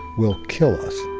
will ki